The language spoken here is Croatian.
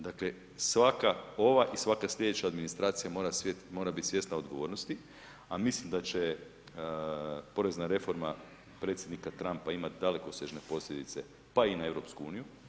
Dakle, svaka ova i svaka sljedeća administracija mora bit svjesna odgovornosti, a mislim da će porezna reforma predsjednika Trumpa imati dalekosežne posljedice pa i na EU.